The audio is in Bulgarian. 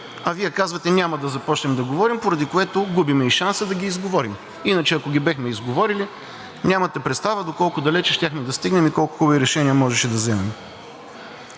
а Вие казвате: „Няма да започнем да говорим“, поради което губим и шанса да ги изговорим. Иначе, ако ги бяхме изговорили, нямате представа доколко далече щяхме да стигнем и колко хубави решения можеше да вземем.